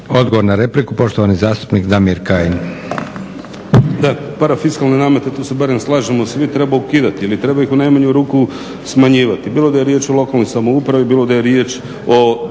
Odgovor na repliku, poštovani zastupnik Damir Kajin.